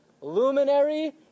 luminary